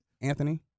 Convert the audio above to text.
Anthony